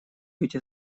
быть